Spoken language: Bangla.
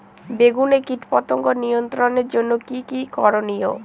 বেগুনে কীটপতঙ্গ নিয়ন্ত্রণের জন্য কি কী করনীয়?